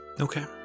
Okay